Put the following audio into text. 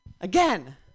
again